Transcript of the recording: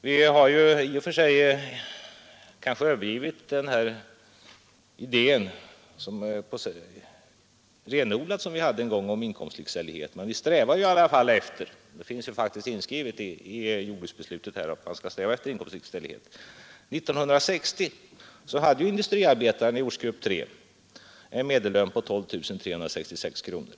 Vi har i och för sig kanske övergivit den idé om renodlad inkomstlikställighet som vi en gång hade, men det finns faktiskt inskrivet i jordbruksbeslutet att man skall sträva efter inkomstlikställighet. År 1960 hade industriarbetaren i ortsgrupp 3 en medellön på 12 366 kronor.